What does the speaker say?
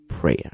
prayer